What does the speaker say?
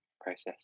process